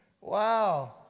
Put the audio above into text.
Wow